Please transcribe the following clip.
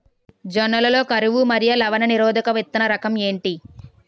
జొన్న లలో కరువు మరియు లవణ నిరోధక విత్తన రకం ఏంటి?